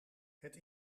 het